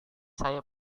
saya